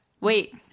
Wait